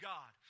God